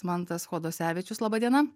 mantas kodosevičius laba diena